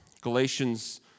Galatians